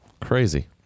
crazy